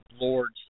Lord's